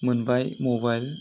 मोनबाय मबाइल